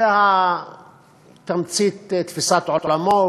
זו תמצית תפיסת עולמו,